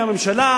עם הממשלה,